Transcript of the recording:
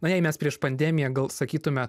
na jei mes prieš pandemiją gal sakytume